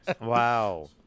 Wow